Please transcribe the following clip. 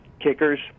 Kickers